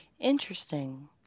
Interesting